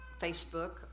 Facebook